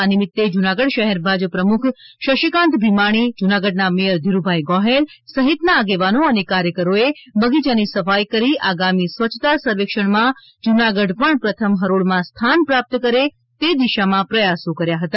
આ નિમીતે જૂનાગઢ શહેર ભાજપ પ્રમુખ શશીકાંત ભીમાણી જૂનાગઢના મેયર ધીરુભાઈ ગોફેલ સહિતના આગેવાનો અને કાર્યકરોએ બગીયાની સફાઈ કરી આગામી સ્વચ્છતા સર્વેક્ષણમાં જૂનાગઢ પણ પ્રથમ હરોળમાં સ્થાન પ્રાપ્ત કરે તે દિશામાં પ્રયાસો કર્યા હતા